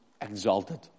exalted